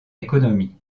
économie